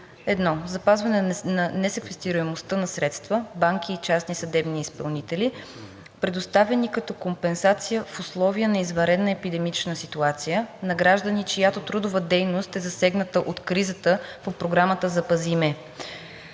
1. запазване на несеквестируемостта на средства – банки и частни съдебни изпълнители, предоставени като компенсация в условия на извънредна епидемична ситуация – на граждани, чиято трудова дейност е засегната от кризата по програмата „Запази